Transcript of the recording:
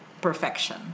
perfection